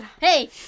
Hey